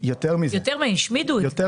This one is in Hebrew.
יותר מזה, השמידו את זה.